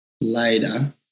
later